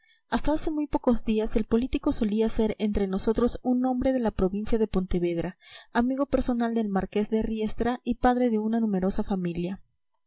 hasta hace muy pocos días el político solía ser entre nosotros un hombre de la provincia de pontevedra amigo personal del marqués de riestra y padre de una numerosa familia